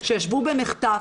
שישבו ועשו מחטף,